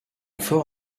for